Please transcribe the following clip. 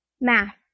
Math